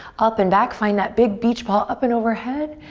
up and back. find that big beach ball up and overhead.